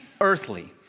earthly